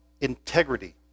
integrity